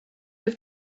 have